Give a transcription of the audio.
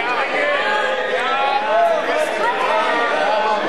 הגבלה על העלאת דמי השכירות),